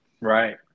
Right